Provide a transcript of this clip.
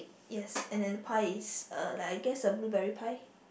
yes and then the pie is uh like I guess a blueberry pie